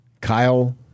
Kyle